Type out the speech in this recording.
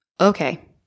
Okay